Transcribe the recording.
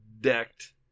decked